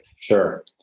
Sure